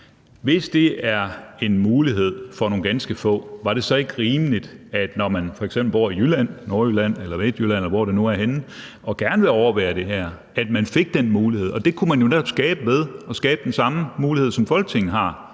Hvis det er en mulighed for nogle ganske få, var det så ikke rimeligt, når man f.eks. bor i Jylland, Nordjylland eller Midtjylland, eller hvor det nu er henne, og gerne vil overvære det her, at man fik den mulighed? Og det kunne man jo netop gøre ved at skabe den samme mulighed, som Folketinget har,